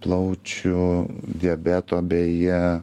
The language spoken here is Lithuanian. plaučių diabeto beje